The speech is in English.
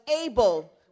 able